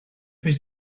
his